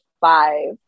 five